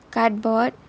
cardboard